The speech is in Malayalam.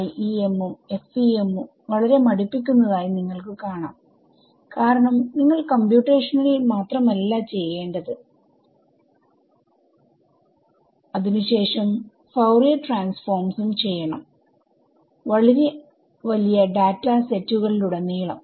IEM ഉം FEM ഉം വളരെ മടുപ്പിക്കുന്നതായി നിങ്ങൾക്ക് കാണാം കാരണം നിങ്ങൾ കമ്പ്യൂട്ടേഷണൽ മാത്രമല്ല ചെയ്യേണ്ടത് അതിനു ശേഷം ഫൌറിയർ ട്രാൻസ്ഫോർമ്സും ചെയ്യണം വളരെ വലിയ ഡാറ്റാ സെറ്റുകളിലുടനീളം